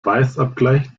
weißabgleich